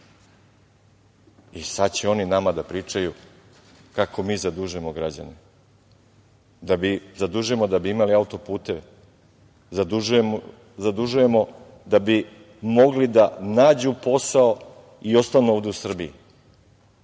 Sada će oni nama da pričaju kako mi zadužujemo građane, zadužujemo da bi imali autoputeve, zadužujemo da bi mogli da nađu posao i ostanu ovde u Srbiji.